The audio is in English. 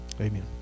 Amen